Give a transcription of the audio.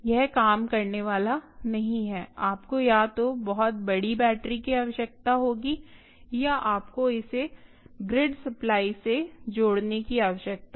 यह काम करने वाला नहीं है आपको या तो बहुत बड़ी बैटरी की आवश्यकता होगी या आपको इसे ग्रिड सप्लाई से जोड़ने की आवश्यकता है